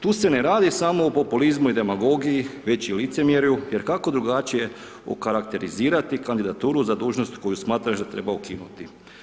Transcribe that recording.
Tu se ne radi samo o populizmu i demagogiji već i licemjerju jer kako drugačije okarakterizirati kandidaturu za dužnost koju smatraš da treba ukinuti?